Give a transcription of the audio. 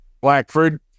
Blackford